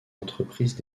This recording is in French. entreprises